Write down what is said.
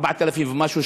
4,000 ומשהו,